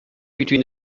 between